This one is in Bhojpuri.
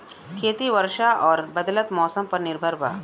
खेती वर्षा और बदलत मौसम पर निर्भर बा